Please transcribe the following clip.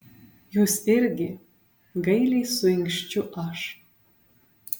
jūs irgi gailiai suinkščiu aš